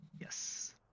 Yes